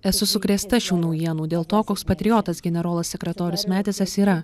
esu sukrėsta šių naujienų dėl to koks patriotas generolas sekretorius metisas yra